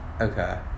Okay